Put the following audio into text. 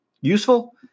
useful